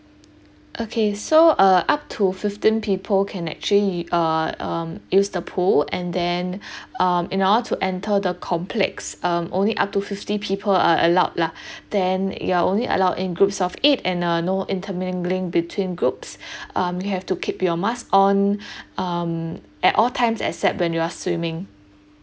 okay so uh up to fifteen people can actually u~ uh um use the pool and then um in order to enter the complex um only up to fifty people are allowed lah then you're only allowed in groups of eight and uh no intermingling between groups um you have to keep your mask on um at all times except when you are swimming